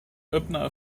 öppna